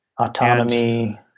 autonomy